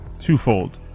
twofold